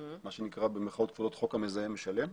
מה שנקרא "חוק המזהם משלם".